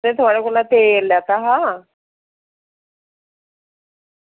में थुआढ़े कशा तेल लैता हा